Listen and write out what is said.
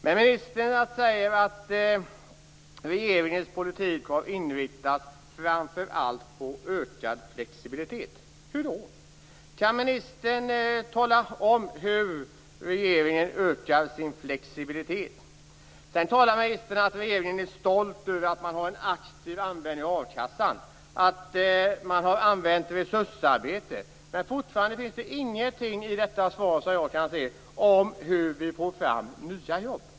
Ministern säger att regeringens politik har inriktats framför allt på ökad flexibilitet. Hur då? Kan ministern tala om hur regeringen ökar flexibiliteten? Sedan säger ministern att regeringen är stolt över att man har en aktiv användning av a-kassan, att man har använt resursarbete. Men fortfarande finns det ingenting i detta svar, såvitt jag kan se, om hur vi får fram nya jobb.